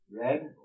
Red